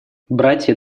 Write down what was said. братья